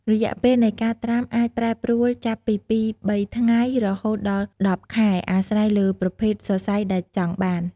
រយៈពេលនៃការត្រាំអាចប្រែប្រួលចាប់ពីពីរបីថ្ងៃរហូតដល់ ១០ ខែ អាស្រ័យលើប្រភេទសរសៃដែលចង់បាន។